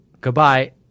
Goodbye